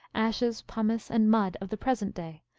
ashes, pumice, and mud of the present day,